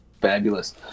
fabulous